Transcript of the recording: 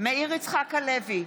מאיר יצחק הלוי,